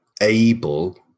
able